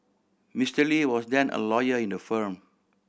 Mister Lee was then a lawyer in the firm